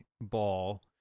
ball